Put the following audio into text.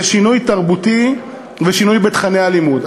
זה שינוי תרבותי ושינוי בתוכני הלימוד.